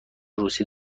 روسی